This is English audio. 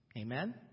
Amen